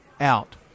out